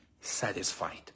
satisfied